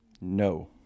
No